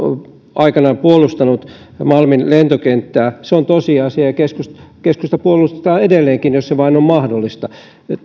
aikanaan puolustanut malmin lentokenttää se on tosiasia ja keskusta puolustaa edelleenkin jos vain on mahdollista